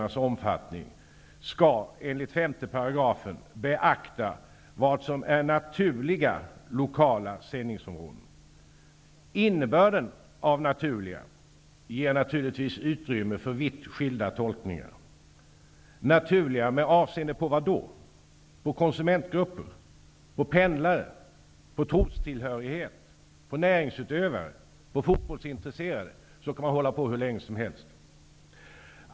beakta vad som är naturliga lokala sändningsområden. Innebörden av ''naturliga'' ger naturligvis utrymme för vitt skilda tolkningar. Konsumentgrupper, pendlare, trostillhörighet, näringsutövare, fotbollsintresserade? Man kan hålla på hur länge som helst.